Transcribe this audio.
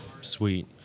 sweet